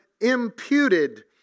imputed